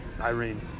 Irene